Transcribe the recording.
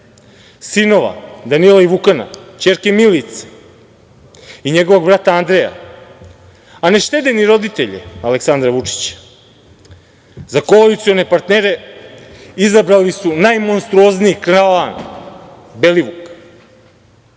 sinova Danila i Vukana, ćerke Milice i njegovog brata Andreja, a ne štede ni roditelje Aleksandra Vučića.Za koalicione partnere izabrali su najmonstruozniji klan Belivuka.